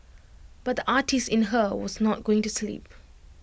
but the artist in her was not going to sleep